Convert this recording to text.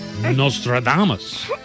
Nostradamus